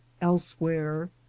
elsewhere